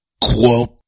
Quote